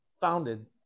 founded